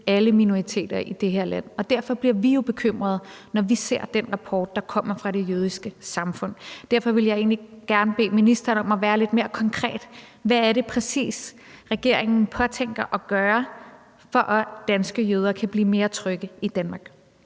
alle minoriteter i det her land. Derfor bliver vi jo bekymrede, når vi ser den rapport, der kommer fra det jødiske samfund, og derfor vil jeg egentlig gerne bede ministeren om at være lidt mere konkret, i forhold til hvad det præcis er, regeringen påtænker at gøre for, at danske jøder kan blive mere trygge i Danmark.